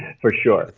for sure,